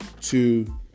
two